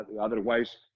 Otherwise